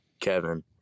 Kevin